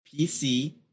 PC